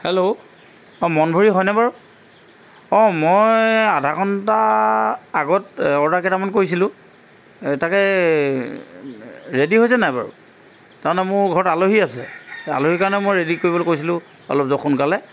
hello অঁ মনভৰি হয়নে বাৰু অঁ মই আধা ঘণ্টা আগত অৰ্ডাৰ কেইটামান কৰিছিলোঁ তাকে ৰেডি হৈছে নাই বাৰু তাৰমানে মোৰ ঘৰত আলহী আছে এই আলহী কাৰণেও মই ৰেডি কৰিবলৈ কৈছিলোঁ অলপ সোনকালে